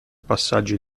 passaggi